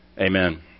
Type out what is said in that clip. amen